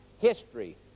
history